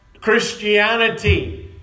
Christianity